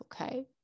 Okay